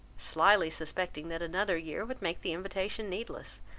slyly suspecting that another year would make the invitation needless,